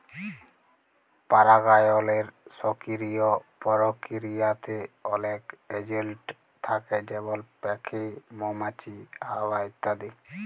পারাগায়লের সকিরিয় পরকিরিয়াতে অলেক এজেলট থ্যাকে যেমল প্যাখি, মমাছি, হাওয়া ইত্যাদি